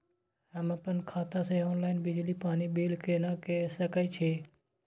हम अपन खाता से ऑनलाइन बिजली पानी बिल केना के सकै छी?